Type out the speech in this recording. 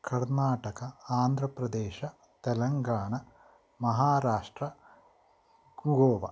Karnataka Andhra Pradesh Telangana Maharashtra Goa